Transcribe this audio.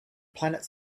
planet